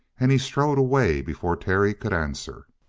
and he strode away before terry could answer.